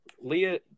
Leah